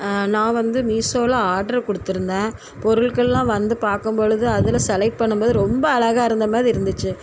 நான் வந்து மீஷோவில் ஆர்டரு கொடுத்துருந்தேன் பொருட்களெல்லாம் வந்து பார்க்கும் பொழுது அதில் செலக்ட் பண்ணும் போது ரொம்ப அழகா இருந்த மாதிரி இருந்துச்சு